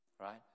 right